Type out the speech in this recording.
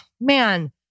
man